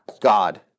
God